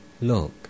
Look